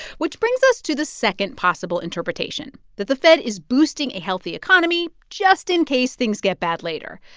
which brings us to the second possible interpretation that the fed is boosting a healthy economy just in case things get bad later,